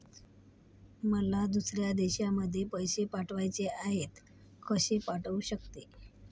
मला दुसऱ्या देशामध्ये पैसे पाठवायचे आहेत कसे पाठवू शकते?